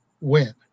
win